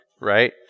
right